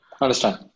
understand